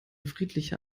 friedlicher